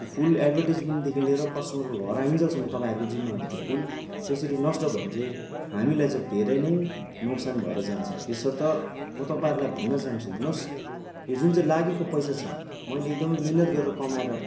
त्यो फुल एड्भर्टिजमेन्टदेखि लिएर कस्टमरको घर आइन्जेलसम्म तपाईँहरूको जिम्मा हुन्छ त्यो फुल त्यसरी नष्ट भयो भने चाहिँ हामीलाई चाहिँ धेरै नै नोक्सान भएर जान्छ त्यसर्थ म तपाईँहरूलाई भन्न चाहन्छु हेर्नुहोस् यो जुन चाहिँ लागेको पैसा छ मैले एकदमै मिहिनेत गरेर कमाएर